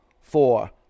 four